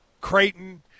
Creighton